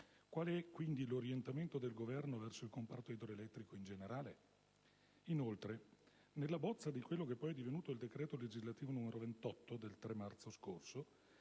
Qual è quindi l'orientamento del Governo verso il comparto idroelettrico in generale? Nella bozza di quello che poi è divenuto il decreto legislativo n. 28 del 3 marzo scorso,